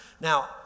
Now